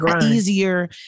easier